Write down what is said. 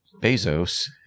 bezos